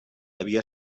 havia